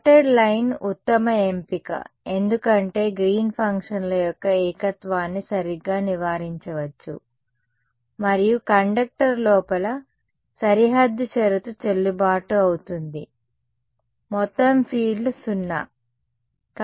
dotted line ఉత్తమ ఎంపిక ఎందుకంటే గ్రీన్ ఫంక్షన్ల యొక్క ఏకత్వాన్ని సరిగ్గా నివారించవచ్చు మరియు కండక్టర్ లోపల సరిహద్దు షరతు చెల్లుబాటు అవుతుంది మొత్తం ఫీల్డ్ 0